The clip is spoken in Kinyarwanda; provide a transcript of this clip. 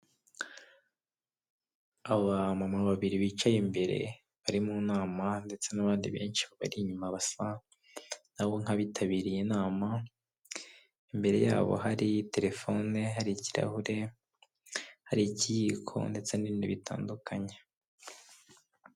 Inyubako y'itaje igeretse hejuru, irimo ibirahure by'ubururu, hasi harimo imodoka irimo mu hantu hubakiye harimo ibyuma, isakariye wagira ngo ni amabati, hasi hariho n'ibyatsi n'amaraba.